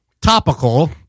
topical